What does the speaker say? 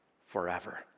Forever